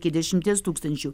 iki dešimties tūkstančių